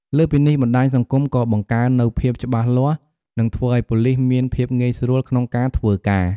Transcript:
លើសពីនេះ បណ្តាញសង្គមក៏បង្កើន នូវភាពច្បាស់លាស់ និងធ្វើឱ្យ ប៉ូលិសមានភាពងាយស្រួលក្នុងការធ្វើការ។